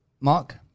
Mark